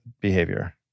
behavior